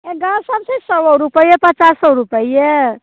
ई गाछ सब छै सए रुपैये पचासो रुपैये